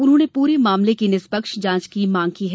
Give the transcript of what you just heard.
उन्होंने पूरे मामले की निष्पक्ष जांच की मांग भी की है